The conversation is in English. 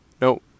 no